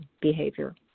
behavior